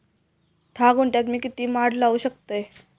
धा गुंठयात मी किती माड लावू शकतय?